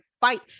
fight